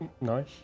nice